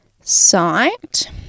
site